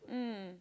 mm